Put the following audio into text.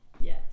Yes